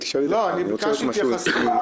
לא, אני ביקשתי התייחסות.